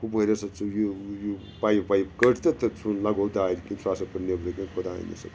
ہُپٲرۍ ہسا ژٔج یہِ پایپ وایپ کٔڈ تہٕ تہٕ سُہ لَگو دارِ کِنۍ سُہ ہسا پھوٚٹ نیبرٕ کنہِ خُداین ہسا کوٚر رحم